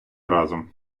разом